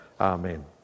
Amen